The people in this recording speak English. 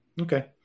Okay